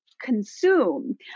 consume